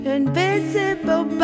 invisible